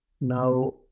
now